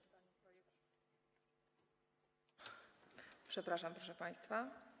Przepraszam, proszę państwa.